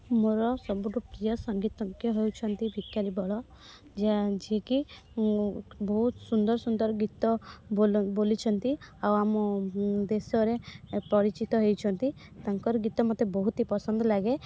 ମୋର ସବୁଠୁ ପ୍ରିୟ ସଙ୍ଗୀତଜ୍ଞ ହେଉଛନ୍ତି ଭିକାରି ବଳ ଯିଏକି ବହୁତ ସୁନ୍ଦର ସୁନ୍ଦର ଗୀତ ବୋଲିଛନ୍ତି ଆଉ ଆମ ଦେଶରେ ପରିଚିତ ହେଇଛନ୍ତି ତାଙ୍କର ଗୀତ ମୋତେ ବହୁତି ପସନ୍ଦ ଲାଗେ